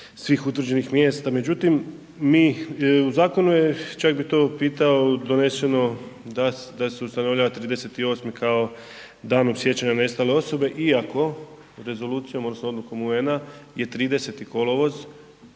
u zakonu je čak bih to pitao doneseno da se ustanovljava 30.8. kao Danom sjećanja na nestale osobe iako rezolucijom odnosno odlukom UN-a je 30. kolovoz